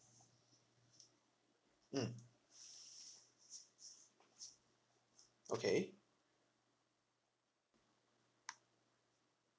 mm okay